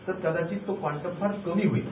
तर कदाचित तो क्वांटम फार कमी होईल